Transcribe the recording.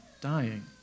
dying